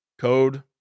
code